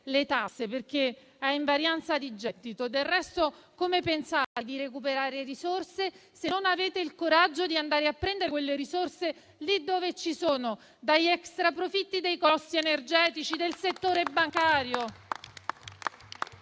le tasse, perché è a invarianza di gettito. Del resto, come pensate di recuperare risorse se non avete il coraggio di andare a prendere quelle risorse lì dove ci sono, dagli extraprofitti dei colossi energetici e del settore bancario?